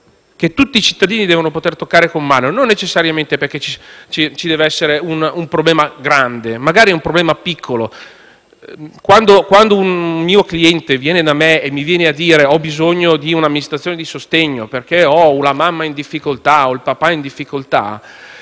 che tutti i cittadini devono poter toccare con mano, e non necessariamente perché ci deve essere un problema grande; magari il problema è piccolo. Un cliente viene da me perché magari ha bisogno di un'amministrazione di sostegno poiché ha la mamma o il papà in difficoltà,